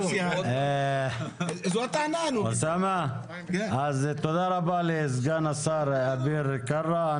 תודה רבה לסגן השר אביר קארה.